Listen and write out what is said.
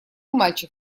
мальчик